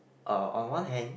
uh on one hand